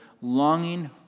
longing